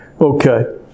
Okay